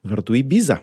vardu ibiza